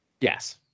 Yes